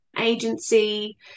agency